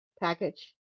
package